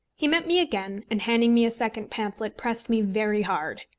he met me again, and, handing me a second pamphlet, pressed me very hard.